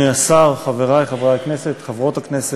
חברי חברי הכנסת, חברות הכנסת,